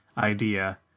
idea